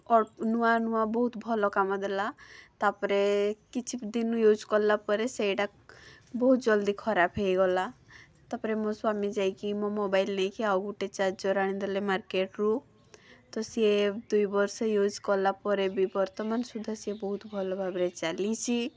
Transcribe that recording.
ନୂଆ ନୂଆ ବହୁତ ଭଲ କାମ ଦେଲା ତା'ପରେ କିଛିଦିନ ୟ୍ୟୁଜ୍ କଲାପରେ ସେଇଟା ବହୁତ ଜଲଦି ଖରାପ ହେଇଗଲା ତା'ପରେ ମୋ ସ୍ଵାମୀ ଯାଇକି ମୋ ମୋବାଇଲ୍ ନେଇକି ଆଉ ଗୋଟେ ଚାର୍ଜର୍ ଆଣିଦେଲେ ମାର୍କେଟ୍ରୁ ତ ସିଏ ଦୁଇ ବର୍ଷ ୟ୍ୟୁଜ୍ କଲାପରେ ବି ବର୍ତ୍ତମାନ ସୁଧା ସିଏ ବହୁତ ଭଲ ଭାବରେ ଚାଲିଛି